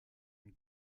une